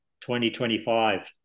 2025